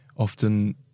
often